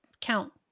count